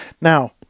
Now